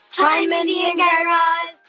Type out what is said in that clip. hi, mindy and guy raz.